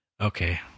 Okay